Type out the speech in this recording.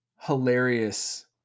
hilarious